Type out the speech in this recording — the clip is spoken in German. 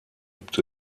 gibt